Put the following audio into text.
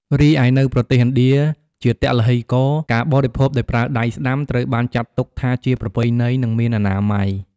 រីឯនៅប្រទេសឥណ្ឌាជាទឡ្ហីករណ៍ ការបរិភោគដោយប្រើដៃស្តាំត្រូវបានចាត់ទុកថាជាប្រពៃណី និងមានអនាម័យ។